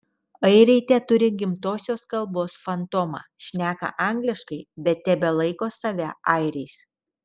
airiai teturi gimtosios kalbos fantomą šneka angliškai bet tebelaiko save airiais